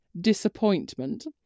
disappointment